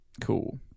Cool